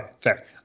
fair